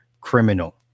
criminal